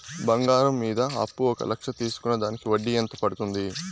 బంగారం మీద అప్పు ఒక లక్ష తీసుకున్న దానికి వడ్డీ ఎంత పడ్తుంది?